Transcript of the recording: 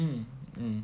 mm mm